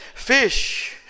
Fish